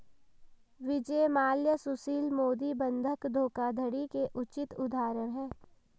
विजय माल्या सुशील मोदी बंधक धोखाधड़ी के उचित उदाहरण है